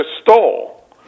stole